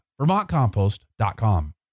vermontcompost.com